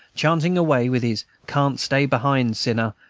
chanting away with his can't stay behind, sinner,